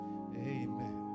Amen